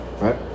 Right